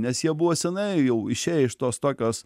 nes jie buvo senai jau išėję iš tos tokios